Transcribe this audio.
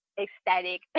ecstatic